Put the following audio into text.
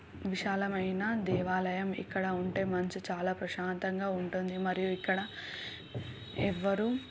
విశాలమైన దేవాలయం ఇక్కడ ఉంటే మనసు చాలా ప్రశాంతంగా ఉంటుంది మరియు ఇక్కడ ఎవరూ